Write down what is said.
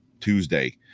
Tuesday